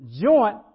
joint